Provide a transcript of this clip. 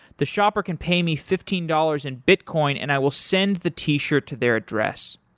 the shopper can pay me fifteen dollars in bitcoin and i will send the t-shirt to their address.